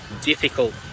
difficult